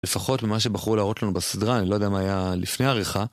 לפחות ממה שבחרו להראות לנו בסדרה, אני לא יודע מה היה לפני העריכה.